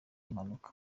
impanuka